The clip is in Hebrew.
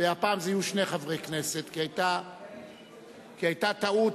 והפעם יהיו שני חברי כנסת כי היתה טעות